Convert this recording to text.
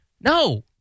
No